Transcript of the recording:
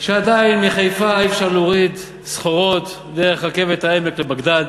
שעדיין מחיפה אי-אפשר להוריד סחורות דרך רכבת העמק לבגדד,